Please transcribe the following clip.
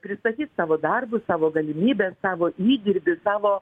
pristatyt savo darbus savo galimybes savo įdirbį savo